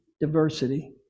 diversity